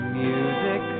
music